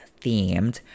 themed